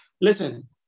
listen